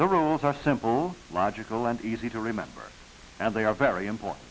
the rules are simple logical and easy to remember and they are very important